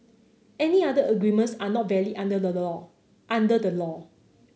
any other agreements are not valid under the law under the law